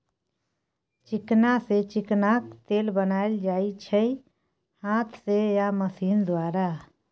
चिकना सँ चिकनाक तेल बनाएल जाइ छै हाथ सँ आ मशीन द्वारा